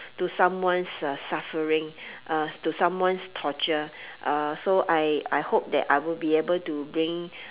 to someone's uh suffering uh to someone's torture uh so I I hope that I will be able to bring